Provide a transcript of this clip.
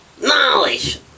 Knowledge